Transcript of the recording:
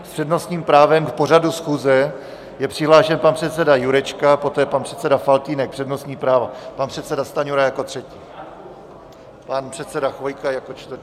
S přednostním právem k pořadu schůze je přihlášen pan předseda Jurečka, poté pan předseda Faltýnek přednostní právo, pan předseda Stanjura jako třetí, pan předseda Chvojka jako čtvrtý.